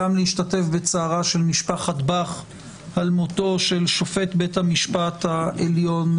גם להשתתף בצערה של משפחת בך על מותו של שופט בית המשפט העליון,